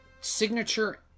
signature